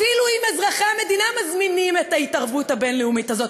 אפילו אם אזרחי המדינה מזמינים את ההתערבות הבין-לאומית הזאת.